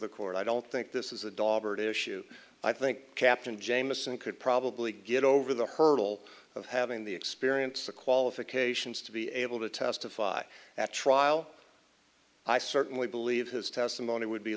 the court i don't think this is a dog or to issue i think captain jamison could probably get over the hurdle of having the experience qualifications to be able to testify at trial i certainly believe his testimony would be